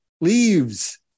leaves